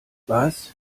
was